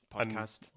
podcast